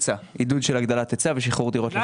עידוד של הגדלת היצע ושחרור דירות לשוק.